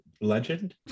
Legend